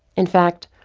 in fact,